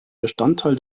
bestandteil